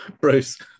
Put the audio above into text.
Bruce